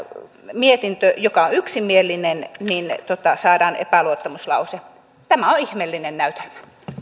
mietintö joka on yksimielinen saadaan epäluottamuslause tämä on ihmeellinen näytelmä